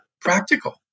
practical